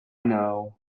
know